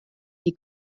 die